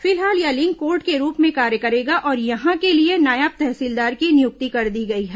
फिलहाल यह link court के रूप में कार्य करेगा और यहां के लिए नायब तहसीलदार की नियुक्ति कर दी गई है